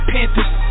Panthers